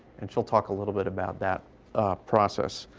and she'll talk a little bit about that process.